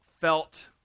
felt